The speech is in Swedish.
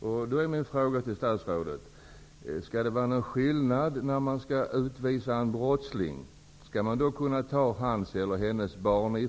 Skall en brottslings barn kunna tas i förvar i avvaktan på att han eller hon utvisas?